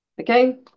okay